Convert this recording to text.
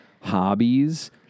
hobbies